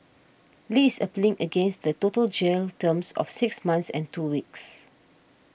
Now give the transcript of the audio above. Li is appealing against the total jail term of six months and two weeks